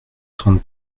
trente